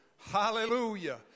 Hallelujah